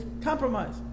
compromise